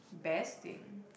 best thing